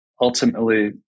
ultimately